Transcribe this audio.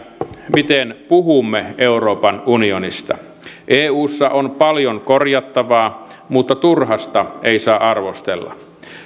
miten puhumme euroopan unionista eussa on paljon korjattavaa mutta turhasta ei saa arvostella